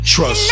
Trust